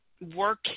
work